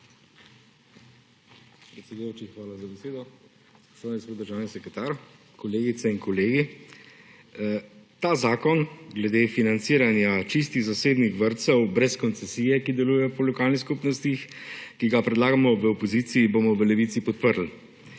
Predsedujoči, hvala za besedo. Spoštovani gospod državni sekretar, kolegice in kolegi! Ta zakon glede financiranja čistih zasebnih vrtcev brez koncesije, ki delujejo po lokalnih skupnostih, ki ga predlagamo v opoziciji, bomo v Levici podprli.